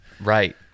Right